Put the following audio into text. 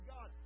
God